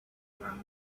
from